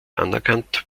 anerkannt